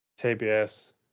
TBS